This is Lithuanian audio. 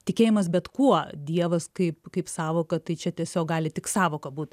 tikėjimas bet kuo dievas kaip kaip sąvoka tai čia tiesiog gali tik sąvoka būt